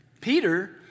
Peter